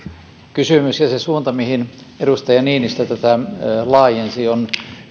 kysymys ja se suunta mihin edustaja niinistö tätä laajensi on